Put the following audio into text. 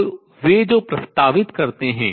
तो वे जो प्रस्तावित करतें है